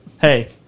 Hey